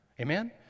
Amen